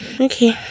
Okay